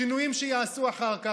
שינויים שייעשו אחר כך,